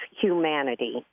humanity